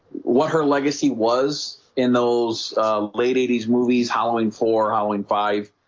what her legacy was in those late eighties movies halloween for halloween five